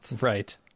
Right